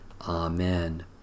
Amen